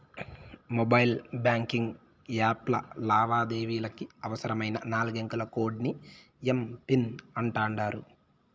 mobile banking యాప్ల లావాదేవీలకి అవసరమైన నాలుగంకెల కోడ్ ని ఎమ్.పిన్ అంటాండారు